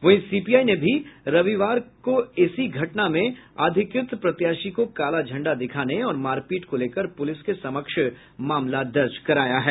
वहीं सीपीआई ने भी रविवार को इसी घटना में पार्टी के अधिकृत प्रत्याशी को काला झंडा दिखाने और मारपीट को लेकर प्रलिस के समक्ष मामला दर्ज कराया है